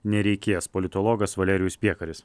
nereikės politologas valerijus piekaris